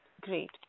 great